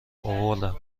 آوردم